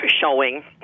showing